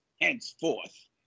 henceforth